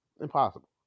impossible